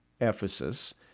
Ephesus